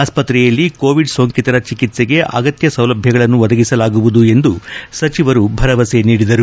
ಆಸ್ವತ್ರೆಯಲ್ಲಿ ಕೋವಿಡ್ ಸೋಂಕಿತರ ಚಿಕಿತ್ಸೆಗೆ ಅಗತ್ಯ ಸೌಲಭ್ಯಗಳನ್ನು ಒದಗಿಸಲಾಗುವುದು ಎಂದು ಸಚಿವರು ಭರವಸೆ ನೀಡಿದರು